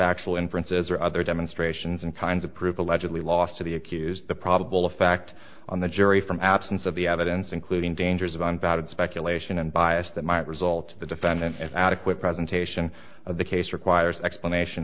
factual inferences or other demonstrations and kinds of proof allegedly lost to the accused the probable of fact on the jury from absence of the evidence including dangers of unvetted speculation and bias that might result to the defendant if adequate presentation of the case requires explanation